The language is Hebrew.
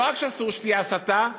לא רק שאסור שתהיה הסתה,